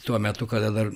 tuo metu kada dar